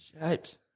Shapes